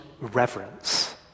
reverence